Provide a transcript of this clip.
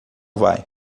vai